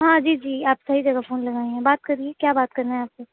ہاں جی جی آپ صحیح جگہ فون لگائی ہیں بات کریے کیا بات کرنا ہے آپ کو